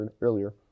earlier